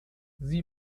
sie